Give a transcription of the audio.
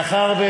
מאחר,